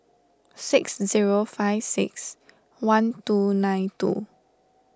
six zero five six one two nine two